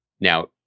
Now